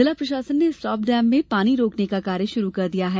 जिला प्रशासन ने स्टाप डेम में पानी रोकने का कार्य शुरू कर दिया है